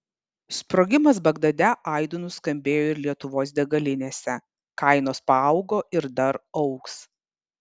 sprogimas bagdade aidu nuskambėjo ir lietuvos degalinėse kainos paaugo ir dar augs